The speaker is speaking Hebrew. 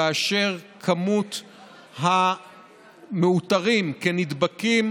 כאשר מספר המאותרים כנדבקים